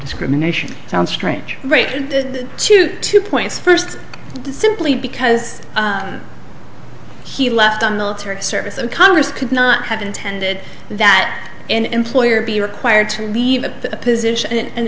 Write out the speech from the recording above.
discrimination sounds strange rated to two points first simply because he left on military service so congress could not have intended that an employer be required to leave that position and